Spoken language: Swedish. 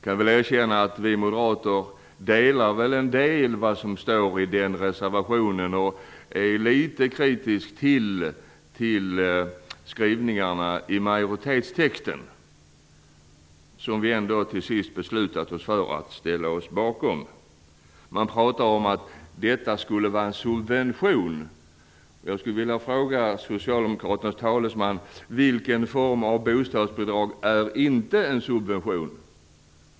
Jag kan erkänna att vi moderater håller med om en del av det som står i den reservationen. Vi är litet kritiska till skrivningen i majoritetstexten, men vi har ändå till sist beslutat oss för att ställa oss bakom den. Man talar om att detta skulle vara en subvention. Jag skulle vilja fråga socialdemokraternas talesman vilken form av bostadsbidrag som inte är en subvention.